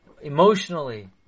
emotionally